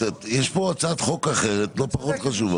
ברור.